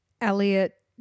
Elliot